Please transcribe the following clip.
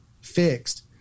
fixed